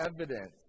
evidence